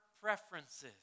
preferences